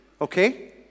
okay